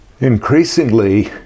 Increasingly